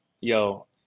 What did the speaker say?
yo